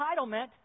entitlement